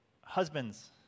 husbands